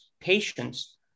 patients